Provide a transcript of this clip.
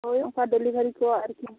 ᱦᱳᱭ ᱚᱱᱠᱟ ᱰᱮᱞᱤᱵᱷᱟᱨᱤ ᱠᱚᱣᱟᱜ ᱟᱨᱠᱤ